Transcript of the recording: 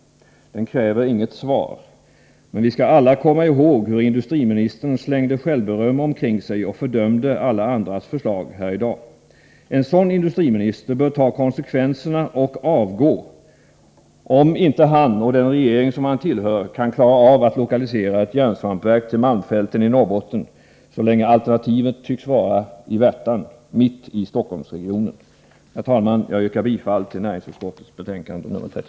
Den kräver inget svar. Men vi skall alla komma ihåg hur industriministern här i dag slängde självberöm omkring sig och fördömde alla andras förslag. En sådan industriminister bör ta konsekvenserna och avgå om inte han och den regering som han tillhör kan klara av att lokalisera ett järnsvampsverk till malmfälten i Norrbotten, så länge alternativet tycks vara i Värtan, mitt i Stockholmsregionen. Herr talman! Jag yrkar bifall till hemställan i näringsutskottets betänkande Så